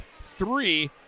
three